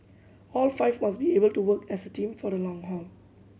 all five must be able to work as a team for the long haul